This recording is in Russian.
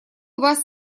вас